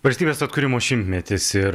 valstybės atkūrimo šimtmetis ir